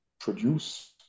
produce